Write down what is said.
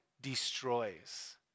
destroys